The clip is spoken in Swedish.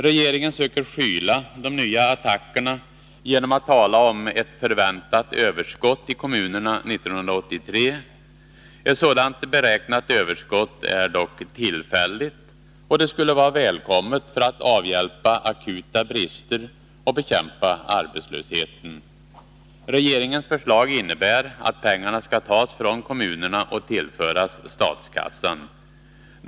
Regeringen söker skyla de nya attackerna genom att tala om ett förväntat överskott i kommunerna 1983. Ett sådant beräknat överskott är dock tillfälligt och skulle vara välkommet för att avhjälpa akuta brister och bekämpa arbetslösheten. Regeringens förslag innebär att pengarna skall tas från kommunerna och tillföras statskassan.